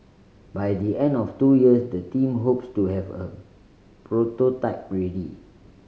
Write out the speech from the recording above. by the end of two years the team hopes to have a prototype ready